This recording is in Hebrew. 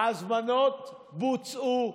ההזמנות בוצעו,